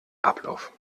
ablauf